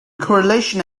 correlation